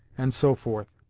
and so forth,